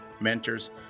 mentors